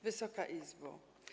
Wysoka Izbo!